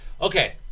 Okay